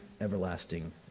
everlasting